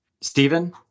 Stephen